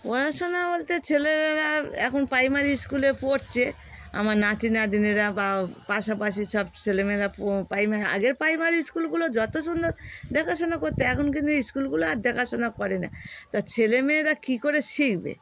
পড়াশোনা বলতে ছেলেরা এখন প্রাইমারি স্কুলে পড়ছে আমার নাতি নাতনিরা বা পাশাপাশি সব ছেলেমেয়েরা পো প্রাইমারি আগের প্রাইমারি স্কুলগুলো যত সুন্দর দেখাশোনা করত এখন কিন্তু স্কুলগুলো আর দেখাশোনা করে না তা ছেলেমেয়েরা কী করে শিখবে